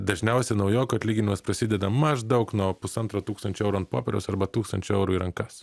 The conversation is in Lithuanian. dažniausiai naujoko atlyginimas prasideda maždaug nuo pusantro tūkstančio eurų ant popieriaus arba tūkstančio eurų į rankas